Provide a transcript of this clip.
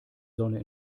sonne